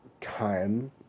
time